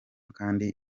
kandi